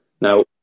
Now